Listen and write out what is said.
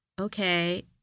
okay